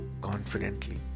confidently